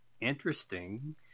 interesting